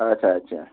اچھا اچھا